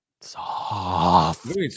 soft